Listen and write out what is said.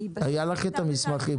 היו לך המסמכים.